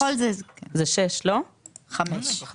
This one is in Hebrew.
נכון, סליחה.